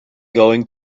going